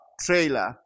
trailer